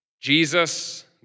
Jesus